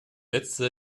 letzte